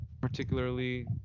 particularly